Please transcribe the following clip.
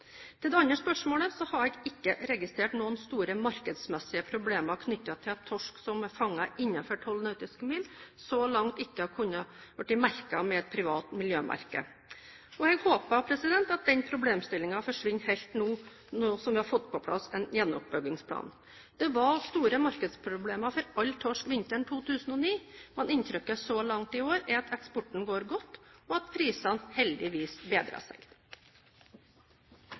det gjelder det andre spørsmålet, har jeg ikke registrert noen store markedsmessige problemer knyttet til at torsk som er fanget innenfor tolv nautiske mil, så langt ikke har kunnet bli merket med et privat miljømerke. Og jeg håper at den problemstillingen forsvinner helt nå som vi har fått på plass en gjenoppbyggingsplan. Det var store markedsproblemer for all torsk vinteren 2009, men inntrykket så langt i år er at eksporten går godt, og at prisene heldigvis bedrer seg.